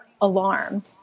alarm